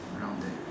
around there